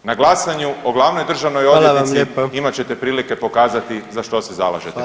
Na glasanju o glavnoj državnoj odvjetnici [[Upadica: Hvala vam lijepa.]] imat ćete prilike pokazati za što se zalažete.